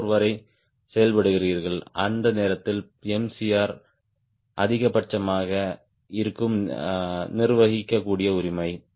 4 வரை செயல்படுகிறீர்கள் அந்த நேரத்தில் Mcr அதிகபட்சமாக இருக்கும் நிர்வகிக்கக்கூடிய உரிமை